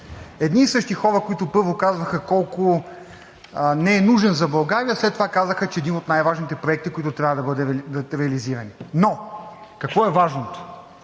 едни и същи хора, които първо казваха колко не е нужен за България, след това казаха, че е един от най-важните проекти, които трябва да бъдат реализирани. Но какво е важното?